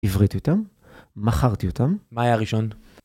הבראתי אותם. מכרתי אותם. מה היה הראשון?